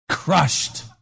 Crushed